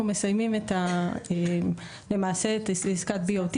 אנחנו מסיימים למעשה את עסקת ה-BOT,